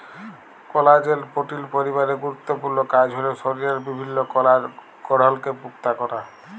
কলাজেল protein পরিবারের গুরুত্তপুর্ল কাজ হ্যল শরীরের বিভিল্ল্য কলার গঢ়লকে পুক্তা ক্যরা